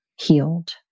healed